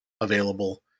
available